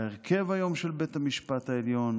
ההרכב היום של בית המשפט העליון,